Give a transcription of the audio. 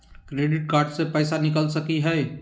Credit card से पैसा निकल सकी हय?